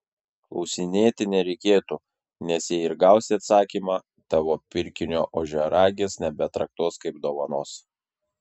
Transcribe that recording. klausinėti nereikėtų nes jei ir gausi atsakymą tavo pirkinio ožiaragis nebetraktuos kaip dovanos